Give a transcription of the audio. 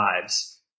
lives